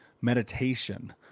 meditation